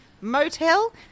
motel